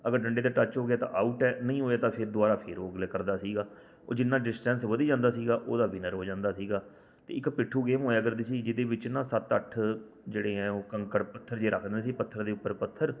ਅਗਰ ਡੰਡੇ 'ਤੇ ਟੱਚ ਹੋ ਗਿਆ ਤਾਂ ਆਉਟ ਹੈ ਨਹੀਂ ਹੋਇਆ ਤਾਂ ਫਿਰ ਦੁਬਾਰਾ ਫਿਰ ਉਹ ਲ ਕਰਦਾ ਸੀਗਾ ਜਿੰਨਾ ਡਿਸਟੈਂਸ ਵਧੀ ਜਾਂਦਾ ਸੀਗਾ ਉਹਦਾ ਵਿਨਰ ਹੋ ਜਾਂਦਾ ਸੀਗਾ ਅਤੇ ਇੱਕ ਪਿੱਠੂ ਗੇਮ ਹੋਇਆ ਕਰਦੀ ਸੀ ਜਿਸ ਦੇ ਵਿੱਚ ਨਾ ਸੱਤ ਅੱਠ ਜਿਹੜੇ ਹੈ ਉਹ ਕੰਕਰ ਪੱਥਰ ਜਿਹੇ ਰੱਖ ਦਿੰਦੇ ਸੀ ਪੱਥਰ ਦੇ ਉੱਪਰ ਪੱਥਰ